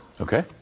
Okay